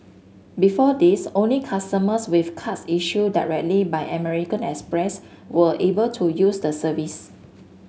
before this only customers with cards issued directly by American Express were able to use the service